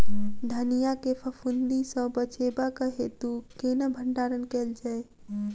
धनिया केँ फफूंदी सऽ बचेबाक हेतु केना भण्डारण कैल जाए?